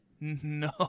No